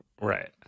Right